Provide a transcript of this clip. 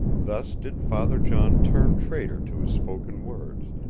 thus did father john turn traitor to his spoken words,